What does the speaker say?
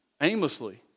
aimlessly